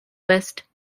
west